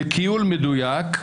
לכיול מדויק,